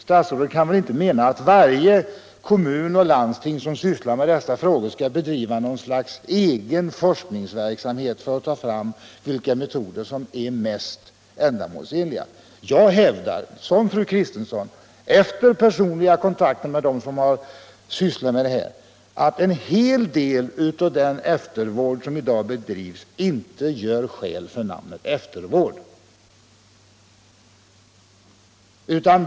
Statsrådet kan väl inte mena att varje kommun och landsting som sysslar med dessa frågor skall bedriva något slags egen forskningsverksamhet för att ta fram vilka metoder som är mest ändamålsenliga. Jag hävdar, som fru Kristensson, efter personliga kontakter med dem som sysslar med detta att en hel del av den eftervård som i dag bedrivs inte gör skäl för namnet eftervård.